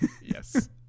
Yes